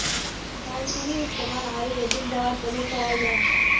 दालचीनीर इस्तेमाल आयुर्वेदिक दवार तने कराल जाहा